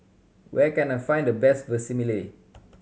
where can I find the best Vermicelli